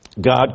God